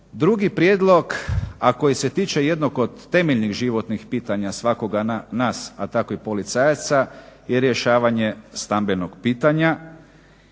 Drugi prijedlog, a koji se tiče jednog od temeljnih životnih pitanja svakoga nas, a tako i policajaca je rješavanje stambenog pitanja,